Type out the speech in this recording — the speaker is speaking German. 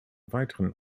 weiteren